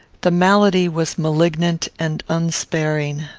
the malady was malignant and unsparing.